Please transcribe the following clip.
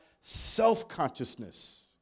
self-consciousness